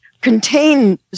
contain